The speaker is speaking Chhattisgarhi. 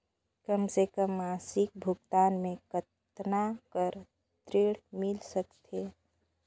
कम से कम मासिक भुगतान मे कतना कर ऋण मिल सकथे?